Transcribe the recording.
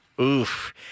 Oof